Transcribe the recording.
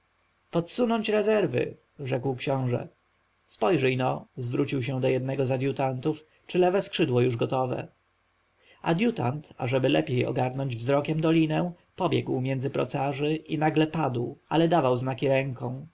podsunąć rezerwy rzekł książę spojrzyj-no zwrócił się do jednego z adjutantów czy lewe skrzydło już gotowe adjutant ażeby lepiej ogarnąć wzrokiem dolinę pobiegł między procarzy i nagle upadł ale dawał znaki ręką